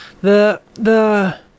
the—the—